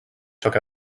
took